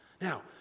Now